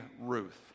Ruth